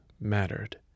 mattered